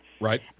Right